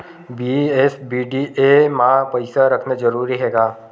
BSBDA मा पईसा रखना जरूरी हे का?